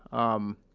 um,